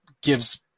gives